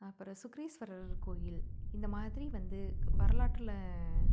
அப்புறம் சுக்ரீஸ்வரர் கோயில் இந்த மாதிரி வந்து வரலாற்றில்